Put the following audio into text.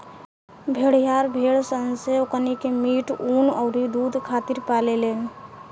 भेड़िहार भेड़ सन से ओकनी के मीट, ऊँन अउरी दुध खातिर पाले लेन